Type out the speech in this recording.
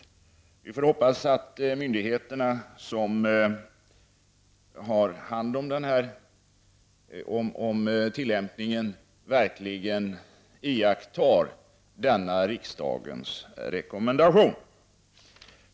Vi får hoppas att de myndigheter som har hand om tillämpningen verkligen iakttar denna riksdagens rekommendation.